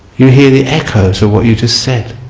you hear the echos of what you just said.